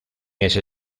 ese